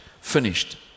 finished